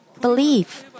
believe